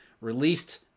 released